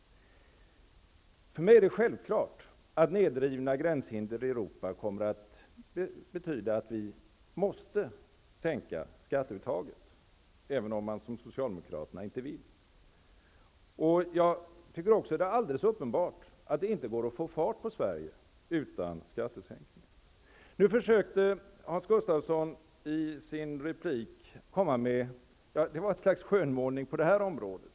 För mig är det självklart att nedrivna gränshinder i Europa kommer att betyda att vi måste sänka skatteuttaget, även om man, som socialdemokraterna, inte vill. Jag tycker också att det är alldeles uppenbart att det inte går att få fart på Sverige utan skattesänkningar. Nu försökte Hans Gustafsson i sin replik göra ett slags skönmålning på det här området.